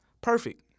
Perfect